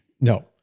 No